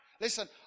Listen